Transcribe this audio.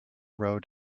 road